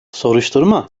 soruşturma